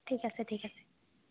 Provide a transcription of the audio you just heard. ঠিক আছে ঠিক আছে